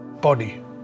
body